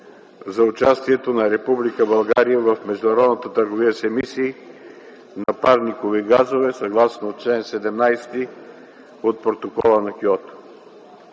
за участието на Република България в международната търговия с емисии на парникови газове съгласно чл. 17 от Протокола на Киото.